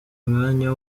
mwanya